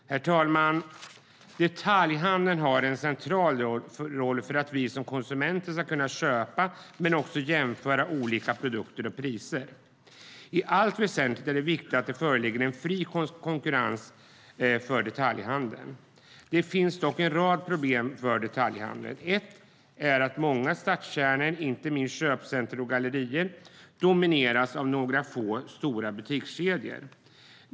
Herr talman! Detaljhandeln har en central roll för att vi som konsumenter ska kunna köpa men också jämföra olika produkter och priser. I allt väsentligt är det viktigt att det föreligger en fri konkurrens för detaljhandeln. Det finns dock en rad problem för detaljhandeln. Ett är att många stadskärnor och inte minst köpcentrum och gallerior domineras av några få stora butikskedjor.